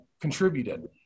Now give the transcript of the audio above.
contributed